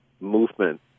movement